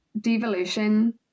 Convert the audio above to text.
devolution